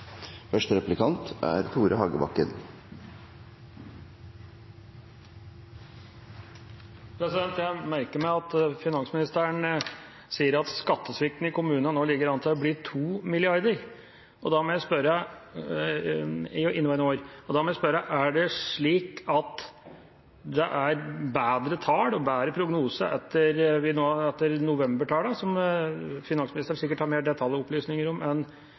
Jeg merker meg at finansministeren sier at skattesvikten i kommunene nå ligger an til å bli 2 mrd. kr i inneværende år. Da må jeg spørre: Er det slik at det er bedre tall og bedre prognoser etter novembertallene, noe som finansministeren sikkert har mer detaljerte opplysninger om